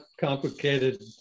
complicated